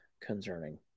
concerning